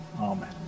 Amen